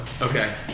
Okay